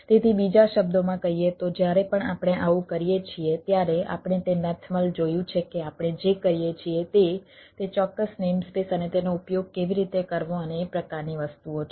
તેથી બીજા શબ્દોમાં કહીએ તો જ્યારે પણ આપણે આવું કરીએ છીએ ત્યારે આપણે તે મેથમલ જોયું છે કે આપણે જે કરીએ છીએ તે તે ચોક્કસ નેમસ્પેસ અને તેનો ઉપયોગ કેવી રીતે કરવો અને એ પ્રકારની વસ્તુઓ છે